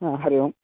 हा हरिः ओम्